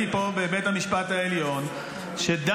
קודם כול --- בשביל מי אתם צועקים?